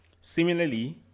Similarly